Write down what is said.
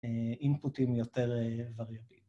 ‫אינפוטים יותר וריאטיים.